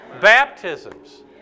Baptisms